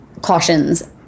cautions